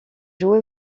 joué